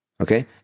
Okay